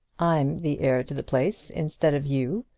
i'm the heir to the place instead of you.